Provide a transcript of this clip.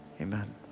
Amen